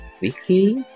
weekly